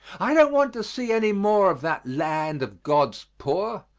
i don't want to see any more of that land of god's poor.